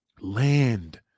Land